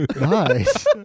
Nice